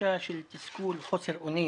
הרגשה של תסכול, חוסר אונים